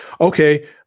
okay